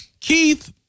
Keith